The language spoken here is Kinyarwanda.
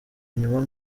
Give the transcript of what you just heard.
nyuma